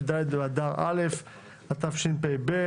י"ד באדר א' התשפ"ב.